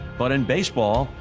but in baseball,